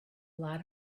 lot